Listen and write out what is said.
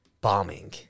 bombing